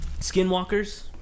skinwalkers